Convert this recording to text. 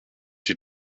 die